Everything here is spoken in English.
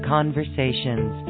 Conversations